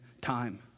time